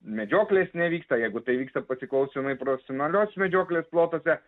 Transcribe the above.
medžioklės nevyksta jeigu tai vyksta pasiklausymai profesionalios medžioklės plotuose